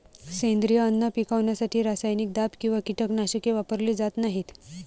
सेंद्रिय अन्न पिकवण्यासाठी रासायनिक दाब किंवा कीटकनाशके वापरली जात नाहीत